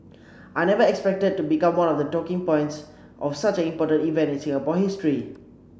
I never expected to become one of the talking points of such an important event in Singapore history